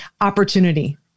opportunity